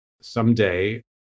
someday